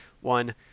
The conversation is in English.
One